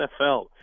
NFL